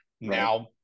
Now